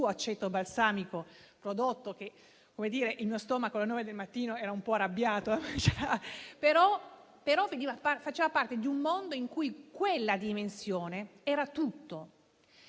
del mattino era un po' arrabbiato, ma era parte di un mondo in cui quella dimensione era tutto.